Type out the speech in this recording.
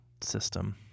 system